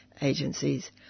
agencies